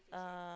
uh